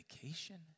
vacation